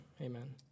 Amen